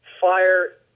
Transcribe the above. fire